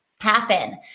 Happen